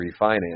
refinance